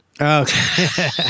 okay